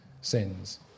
sins